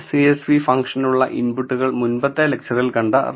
csv ഫംഗ്ഷനുള്ള ഇൻപുട്ടുകൾ മുൻപത്തെ ലെക്ച്ചറിൽ കണ്ട read